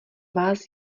vás